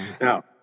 Now